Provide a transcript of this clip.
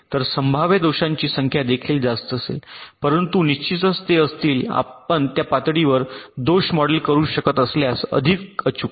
तर संभाव्य दोषांची संख्या देखील जास्त असेल परंतु निश्चितच ते असतील आपण त्या पातळीवर दोष मॉडेल करू शकत असल्यास अधिक अचूक